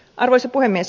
arvoisa puhemies